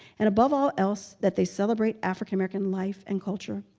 and above all else, that they celebrate african american life and culture.